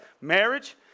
marriage